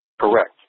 Correct